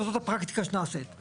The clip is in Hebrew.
אבל זאת הפרקטיקה שנעשה את זה.